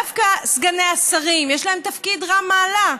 דווקא סגני השרים יש להם תפקיד רם מעלה.